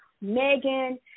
Megan